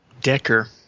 Decker